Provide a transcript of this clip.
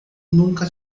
nunca